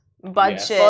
Budget